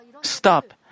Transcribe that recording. stop